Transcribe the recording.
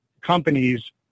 companies